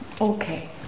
Okay